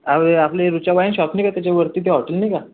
अहो आपले हे ऋचा वाईन शॉप नाही का त्याच्यावरती ते हॉटेल नाही का